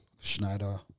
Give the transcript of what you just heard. Schneider